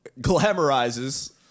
glamorizes